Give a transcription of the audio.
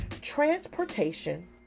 transportation